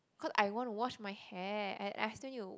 cause I wanna wash my hair and I still need to